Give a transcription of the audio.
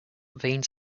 veins